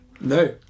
No